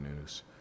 news